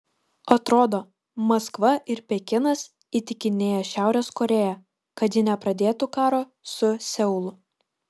atrodo maskva ir pekinas įtikinėja šiaurės korėją kad ji nepradėtų karo su seulu